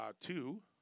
Two